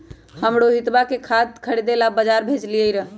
हम रोहितवा के खाद खरीदे ला बजार भेजलीअई र